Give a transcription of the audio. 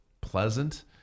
pleasant